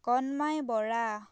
Kanmai Bora